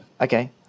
Okay